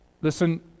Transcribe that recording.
Listen